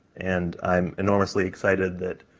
and i'm enormously excited that